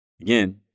Again